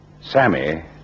Sammy